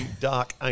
dark